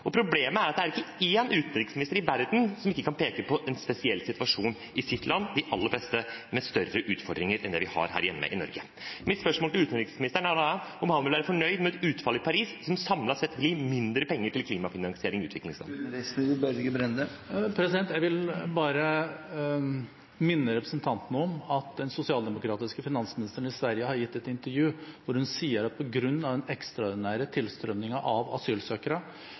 og akutt situasjon. Og problemet er at det er ikke én utenriksminister i verden som ikke kan peke på en spesiell situasjon i sitt land – de aller fleste har større utfordringer enn det vi har her hjemme i Norge. Mitt spørsmål til utenriksministeren er da om han vil være fornøyd med et utfall i Paris som samlet sett gir mindre penger til klimafinansiering i utviklingsland. Jeg vil bare minne representanten om at den sosialdemokratiske finansministeren i Sverige har gitt et intervju hvor hun sier at på grunn av den ekstraordinære tilstrømningen av asylsøkere,